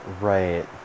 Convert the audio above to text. right